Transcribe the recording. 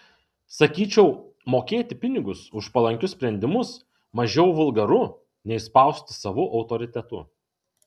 sakyčiau mokėti pinigus už palankius sprendimus mažiau vulgaru nei spausti savu autoritetu